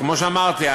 כמו שאמרתי,